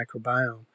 microbiome